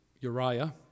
Uriah